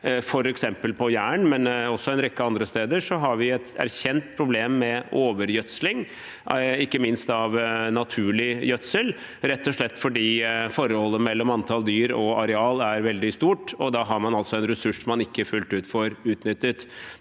f.eks. på Jæren, men også en rekke andre steder, har vi et erkjent problem med overgjødsling, ikke minst av naturlig gjødsel, rett og slett fordi forholdet mellom antall dyr og areal er veldig stort, og da har man en ressurs man ikke fullt ut får utnyttet.